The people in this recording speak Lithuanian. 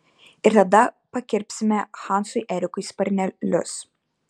ir tada pakirpsime hansui erikui sparnelius